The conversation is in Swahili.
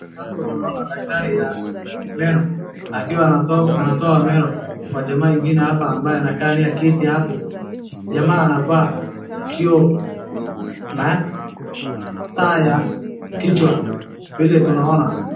Hapo tunaona daktari ya meno akiwa anatoa meno kwa jamaa ingine hapa ambaye anakalia kiti hapo. Jamaa anavaa kioo na taa ya kichwa vile tunaona.